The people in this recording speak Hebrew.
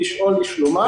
לשאול לשלומם.